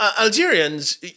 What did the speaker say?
Algerians